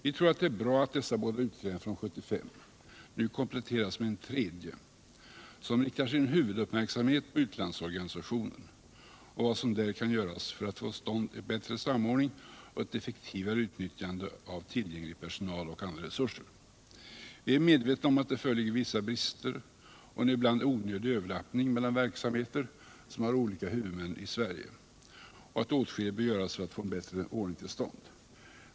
Vi tror det är bra att dessa båda utredningar från 1975 nu kompletteras med en tredje, som riktar sin huvuduppmärksamhet på utlandsorganisationen och vad som där kan göras för att få till stånd en bättre samordning och ett effektivare utnyttjande av tillgänglig personal och andra resurser. Vi är medvetna om att det föreligger vissa brister och en ibland onödig överlappning mellan verksamheter som har olika huvudmän i Sverige och att åtskilligt bör göras för att få en bättre ordning till stånd.